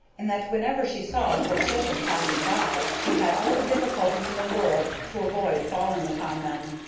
and that, whenever she saw little children passing by, she had all the difficulty in the world to avoid falling upon them.